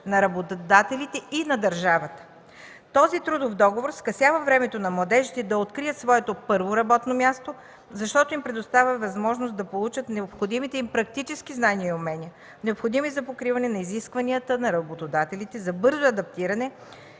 на работодателите и на държавата. Този трудов договор скъсява времето на младежите да открият своето първо работно място, защото им дава възможност да получат необходимите практически знания и умения, необходими за покриване на изискванията на работодателите за бързо адаптиране